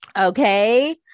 Okay